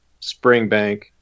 Springbank